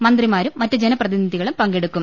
മന്ത്രിമാരും മറ്റ് ജനപ്രതിനിധികളും പങ്കെടുക്കും